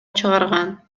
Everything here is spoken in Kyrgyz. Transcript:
чыгарган